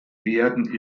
werden